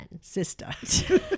Sister